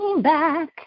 back